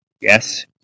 Yes